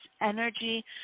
energy